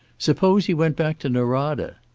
suppose he went back to norada?